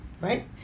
right